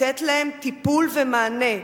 לתת להם טיפול ומענה,